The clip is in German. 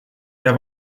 der